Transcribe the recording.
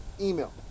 Email